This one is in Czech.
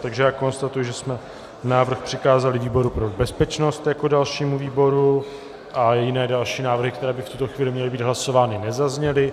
Takže já konstatuji, že jsme návrh přikázali výboru pro bezpečnost jako dalšímu výboru a jiné návrhy, které by v tuto chvíli měly být hlasovány, nezazněly.